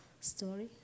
story